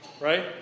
right